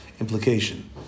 implication